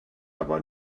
aber